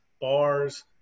bars